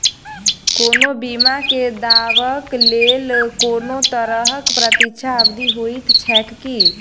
कोनो बीमा केँ दावाक लेल कोनों तरहक प्रतीक्षा अवधि होइत छैक की?